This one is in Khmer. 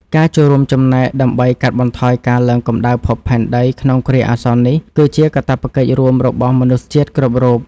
ការចូលរួមចំណែកដើម្បីកាត់បន្ថយការឡើងកម្ដៅភពផែនដីក្នុងគ្រាអាសន្ននេះ គឺជាកាតព្វកិច្ចរួមរបស់មនុស្សជាតិគ្រប់រូប។